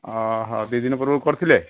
ଦୁଇ ଦିନ ପୂର୍ବରୁ କରିଥିଲେ